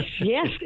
yes